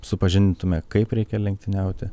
supažindintume kaip reikia lenktyniauti